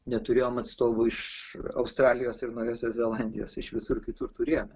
neturėjom atstovų iš australijos ir naujosios zelandijos iš visur kitur turėjome